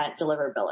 deliverability